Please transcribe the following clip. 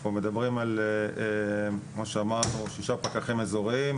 אנחנו מדברים על כמו שאמרנו שישה פקחים אזוריים,